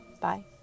Bye